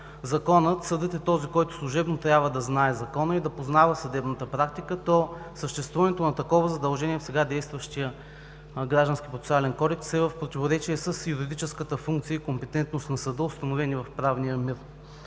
съдът е този, който служебно трябва да знае Закона и да познава съдебната практика, то съществуването на такова задължение в сега действащия Граждански процесуален кодекс е в противоречие с юридическата функция и компетентност на съда, установени в правния мир.